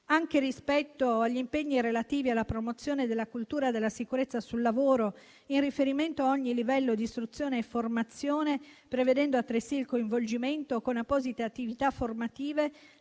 anche rispetto agli impegni relativi alla promozione della cultura della sicurezza sul lavoro in riferimento a ogni livello di istruzione e formazione, prevedendo altresì il coinvolgimento con apposite attività formative